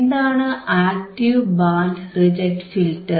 എന്താണ് active band reject filter